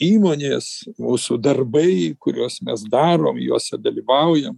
įmonės mūsų darbai kuriuos mes darom juose dalyvaujam